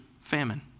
famine